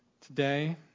today